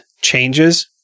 changes